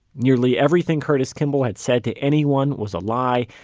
nearly everything curtis kimball had said to anyone was a lie.